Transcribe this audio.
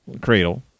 Cradle